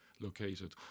located